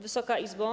Wysoka Izbo!